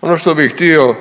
Ono što bih htio